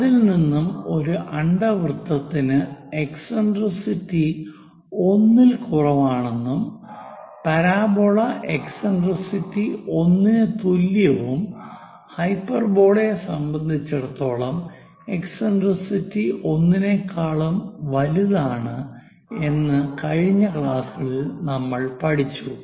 അതിൽ നിന്നും ഒരു അണ്ഡവൃത്തത്തിനു എസ്സെൻട്രിസിറ്റി 1 ൽ കുറവാണെന്നും പരാബോള എസ്സെൻട്രിസിറ്റി 1 ന് തുല്യവും ഹൈപ്പർബോളയെ സംബന്ധിച്ചിടത്തോളം എസ്സെൻട്രിസിറ്റി 1 നെക്കാളും വലുതാണ് എന്ന് കഴിഞ്ഞ ക്ലാസുകളിൽ നമ്മൾ പഠിച്ചു